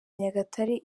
nyagatare